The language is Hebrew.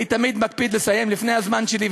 אני תמיד מקפיד לסיים לפני הזמן שלי,